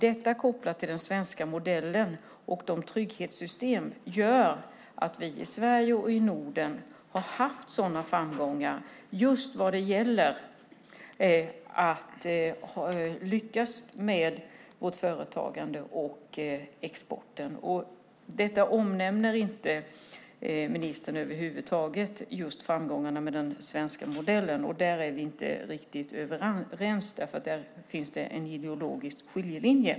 Detta kopplat till den svenska modellen och våra trygghetssystem gör att vi i Sverige och i Norden har haft sådana framgångar när det gäller att lyckas med vårt företagande och exporten. Just framgångarna med den svenska modellen omnämner inte ministern över huvud taget, och där är vi inte riktigt överens. Där finns ju en ideologisk skiljelinje.